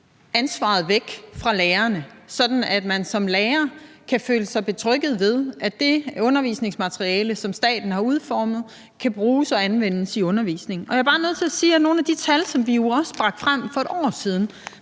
ansvaret væk fra lærerne, sådan at man som lærer kan føle sig betrygget ved, at det undervisningsmateriale, som staten har udformet, kan bruges og anvendes i undervisningen. Og jeg er bare nødt til at sige, at nogle af de tal, som vi jo også bragte frem på samrådet